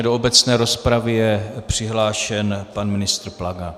Do obecné rozpravy je přihlášen pan ministr Plaga.